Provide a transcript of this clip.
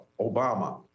Obama